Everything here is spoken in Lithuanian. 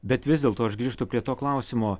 bet vis dėlto aš grįžtu prie to klausimo